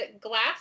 Glass